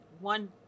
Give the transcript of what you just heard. One